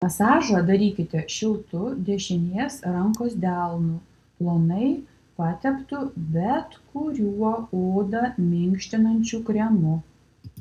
masažą darykite šiltu dešinės rankos delnu plonai pateptu bet kuriuo odą minkštinančiu kremu